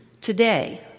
Today